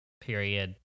period